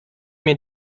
mir